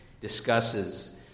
discusses